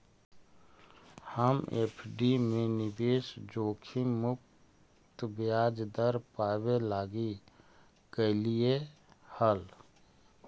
हम एफ.डी में निवेश जोखिम मुक्त ब्याज दर पाबे लागी कयलीअई हल